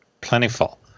plentiful